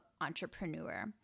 entrepreneur